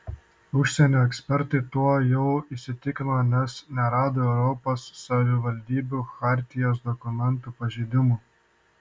užsienio ekspertai tuo jau įsitikino nes nerado europos savivaldybių chartijos dokumentų pažeidimų